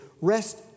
rest